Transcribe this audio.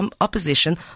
opposition